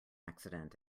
accident